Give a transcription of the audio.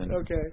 Okay